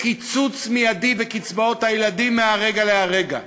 בקיצוץ המיידי בקצבאות הילדים, מהרגע להרגע,